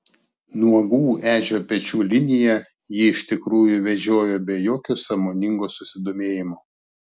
nuogų edžio pečių liniją ji iš tikrųjų vedžiojo be jokio sąmoningo susidomėjimo